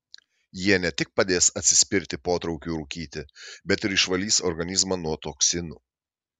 jie ne tik padės atsispirti potraukiui rūkyti bet ir išvalys organizmą nuo toksinų